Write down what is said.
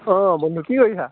অঁ বন্ধু কি কৰিছা